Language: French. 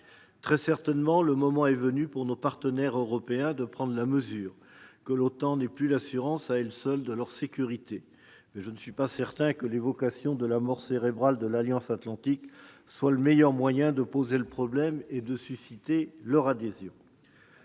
Très certainement, le moment est venu pour nos partenaires européens de prendre la mesure que l'OTAN, à elle seule, n'est plus l'assurance de leur sécurité. Mais je ne suis pas certain que l'évocation de la « mort cérébrale » de l'Alliance atlantique soit le meilleur le moyen de poser le problème et de susciter leur adhésion